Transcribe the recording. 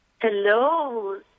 Hello